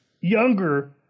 younger